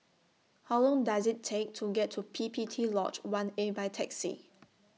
How Long Does IT Take to get to P P T Lodge one A By Taxi